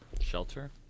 Shelter